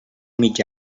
mig